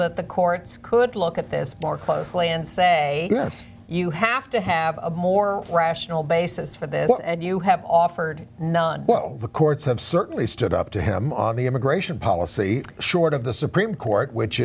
that the courts could look at this more closely and say yes you have to have a more rational basis for this and you have offered none well the courts have certainly stood up to him on the immigration policy short of the supreme court which